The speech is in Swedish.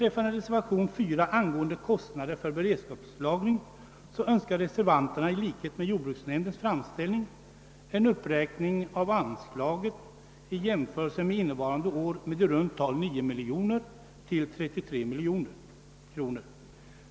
I reservation 4 angående kostnader för beredskapslagring yrkas i enlighet med jordbruksnämndens framställning en uppräkning av anslaget i jämförelse med innevarande år med i runt tal 9 miljoner kronor till 33 miljoner kronor.